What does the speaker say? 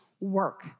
work